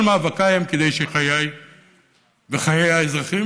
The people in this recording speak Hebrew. כל מאבקיי הם כדי שחיי וחיי האזרחים